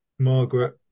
Margaret